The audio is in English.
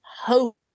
hope